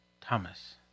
Thomas